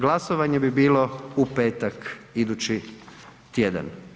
Glasovanje bi bilo u petak idući tjedan.